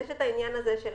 יש את העניין הזה של